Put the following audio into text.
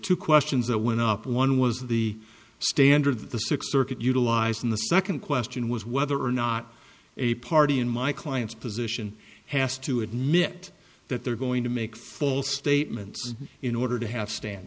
two questions that went up one was the standard that the sixth circuit utilized in the second question was whether or not a party in my client's position has to admit that they're going to make false statements in order to have stand